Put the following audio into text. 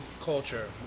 culture